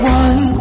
one